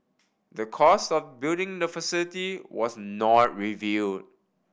the cost of building the facility was not reveal